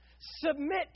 submit